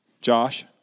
Josh